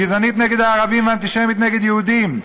גזענית נגד הערבים ואנטישמית נגד היהודים,